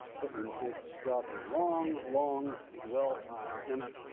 but you know it's got a long, long dwell time in it,